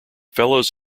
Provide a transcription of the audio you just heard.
fellows